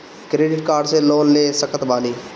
Credit card से loan ले सकत बानी?